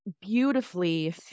beautifully